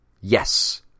Yes